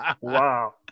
wow